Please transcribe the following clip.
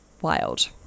wild